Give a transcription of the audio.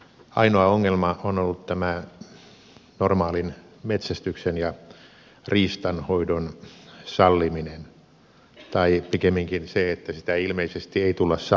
ainoa ongelma on ollut normaalin metsästyksen ja riistanhoidon salliminen tai pikemminkin se että sitä ilmeisesti ei tulla sallimaan